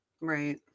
Right